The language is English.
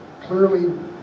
clearly